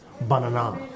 banana